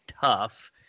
tough